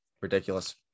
ridiculous